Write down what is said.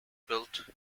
built